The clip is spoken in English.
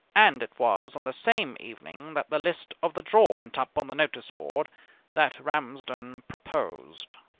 and it was on the same evening that the list of the draw went up on the notice board that ramsden proposed.